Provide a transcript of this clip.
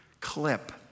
clip